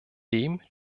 dem